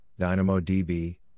DynamoDB